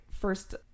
first